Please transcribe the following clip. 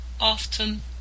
often